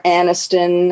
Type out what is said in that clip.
Aniston